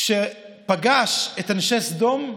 כשפגש את אנשי סדום,